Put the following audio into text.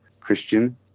Christian